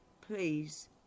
Please